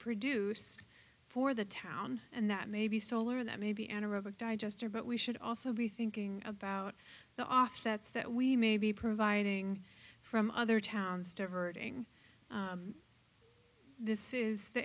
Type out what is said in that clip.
produce for the town and that maybe solar that may be anaerobic digester but we should also be thinking about the offsets that we may be providing from other towns diverting this is the